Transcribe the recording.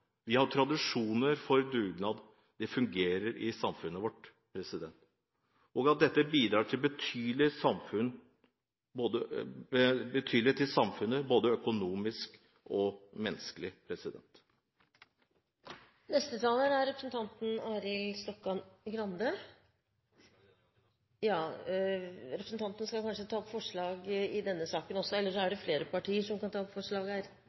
Vi har tradisjoner for dugnad, det fungerer i samfunnet vårt. Dette bidrar betydelig i samfunnet, både økonomisk og menneskelig. Representanten skal kanskje ta opp forslag i denne saken også? Jeg ønsker å ta opp de forslagene Fremskrittspartiet er med på. Representanten Ib Thomsen har tatt opp